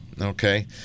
okay